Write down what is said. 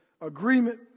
agreement